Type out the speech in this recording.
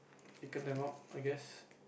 pick them up I guess